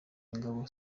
ingabo